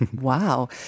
Wow